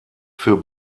für